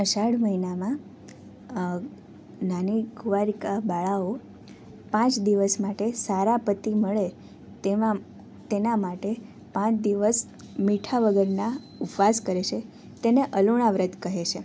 અષાઢ મહિનામાં નાની કુંવારિકા બાળાઓ પાંચ દિવસ માટે સારા પતિ મળે તેના માટે પાંચ દિવસ મીઠા વગરના ઉપવાસ કરે છે તેને અલોણા વ્રત કહે છે